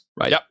right